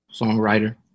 songwriter